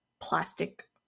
plastic